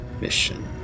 mission